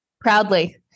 proudly